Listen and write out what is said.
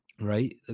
right